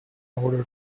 order